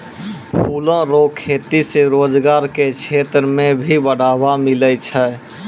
फूलो रो खेती से रोजगार के क्षेत्र मे भी बढ़ावा मिलै छै